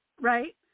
right